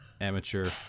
amateur